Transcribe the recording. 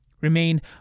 remain